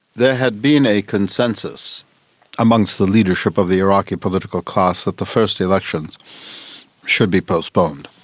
there had been a consensus amongst the leadership of the iraqi political class that the first elections should be postponed.